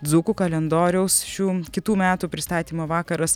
dzūkų kalendoriaus šių kitų metų pristatymo vakaras